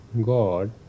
God